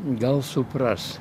gal supras